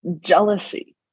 jealousy